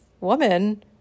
woman